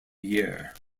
year